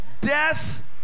death